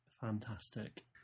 Fantastic